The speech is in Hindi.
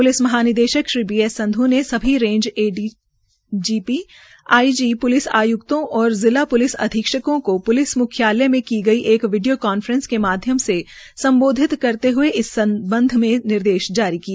प्लिस महानिदेशक डीजीपी श्री बीएस संध् ने सभी रेंज एडीजीपी आईजी प्लिस आय्क्तों और जिला प्लिस अधीक्षकों को पुलिस मुख्यालय में की गई एक वीडियो कॉन्फ्रेंस के माध्यम से संबोधित करते हुए इस संबंध में निर्देश जारी किए